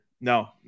No